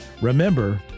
remember